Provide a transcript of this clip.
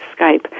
Skype